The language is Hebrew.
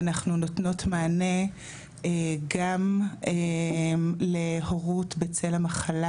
ואנחנו נותנות מענה גם להורות בצל המחלה,